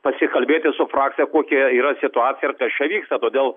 pasikalbėti su frakcija kokia yra situacija ir kas čia vyksta todėl